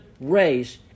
race